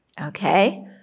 Okay